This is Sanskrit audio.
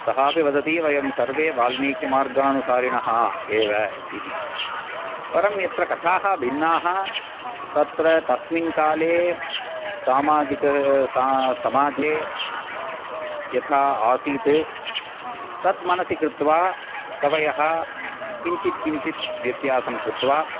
सः अपि वदति वयं सर्वे बाल्मीकिमार्गाननुसारिणः एव इति परं यत्र कथाः भिन्नाः तत्र तस्मिन् काले सामाजिक स समाजे यथा आसीत् तद् मनसि कृत्त्वा कवयः किञ्चित् किञ्चित् व्यत्यासं कृत्त्वा